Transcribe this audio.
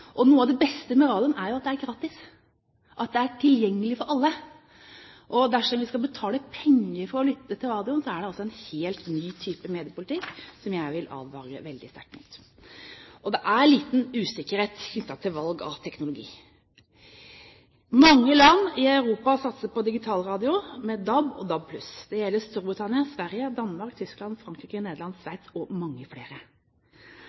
Noe av det beste med radio er jo at det er gratis, at det er tilgjengelig for alle. Dersom vi skal betale penger for å lytte til radioen, er det altså en helt ny type mediepolitikk som jeg vil advare veldig sterkt mot. Det er liten usikkerhet knyttet til valg av teknologi. Mange land i Europa satser på digitalradio med DAB og DAB+. Det gjelder Storbritannia, Sverige, Danmark, Tyskland, Frankrike, Nederland, Sveits og mange flere.